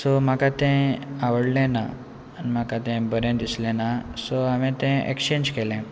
so म्हाका तें आवडलें ना आनी म्हाका तें बरें दिसलें ना सो हांवे तें एक्चेंज केलें